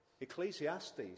Ecclesiastes